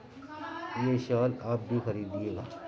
یہ شال آپ بھی خرید یے گا